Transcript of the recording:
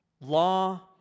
law